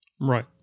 right